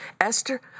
Esther